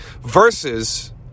Versus